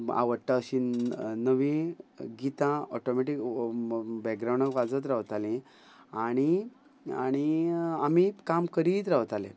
आवडटा अशी नवी गितां ऑटोमेटीक बॅकग्रावंडाक वाजत रावतालीं आनी आनी आमी काम करीत रावताले